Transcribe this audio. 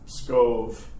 Skov